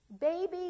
Baby